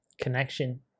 connection